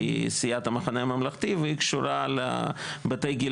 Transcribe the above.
כי סיעת המחנה הממלכתי והיא קשורה לבתי גיל